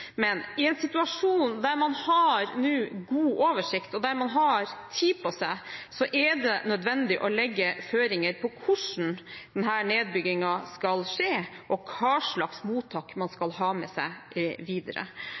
Men i en situasjon der man nå har god oversikt, og der man har tid på seg, er det nødvendig å legge føringer for hvordan denne nedbyggingen skal skje, og hva slags mottak man skal ha med seg videre.